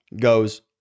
goes